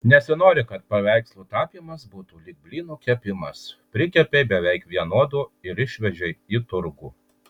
nesinori kad paveikslų tapymas būtų lyg blynų kepimas prikepei beveik vienodų ir išvežei į turgų